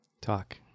Talk